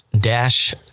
dash